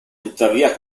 tuttavia